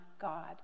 God